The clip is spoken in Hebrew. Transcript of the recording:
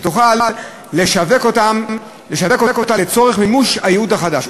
שתוכל לשווק אותה לצורך מימוש הייעוד החדש,